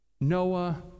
Noah